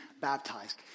Baptized